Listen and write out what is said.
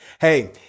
Hey